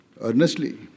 earnestly